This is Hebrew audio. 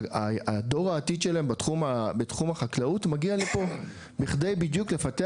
הדור העתיד שלהם בתחום החקלאות מגיע לפה בכדי בדיוק לפתח